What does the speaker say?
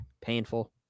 painful